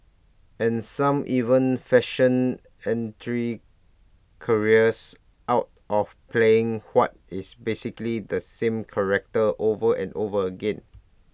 and some even fashion entry careers out of playing what is basically the same character over and over again